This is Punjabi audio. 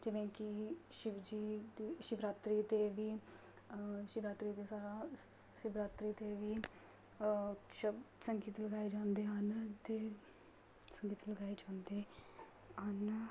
ਜਿਵੇਂ ਕਿ ਸ਼ਿਵ ਜੀ ਦੀ ਸ਼ਿਵਰਾਤਰੀ 'ਤੇ ਵੀ ਸ਼ਿਵਰਾਤਰੀ 'ਤੇ ਸਾਰਾ ਸ਼ਿਵਰਾਤਰੀ 'ਤੇ ਵੀ ਸ਼ਬ ਸੰਗੀਤ ਲਗਾਏ ਜਾਂਦੇ ਹਨ ਅਤੇ ਸੰਗੀਤ ਲਗਾਏ ਜਾਂਦੇ ਹਨ